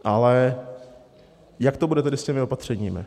Ale jak to bude tedy s těmi opatřeními?